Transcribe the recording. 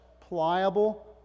pliable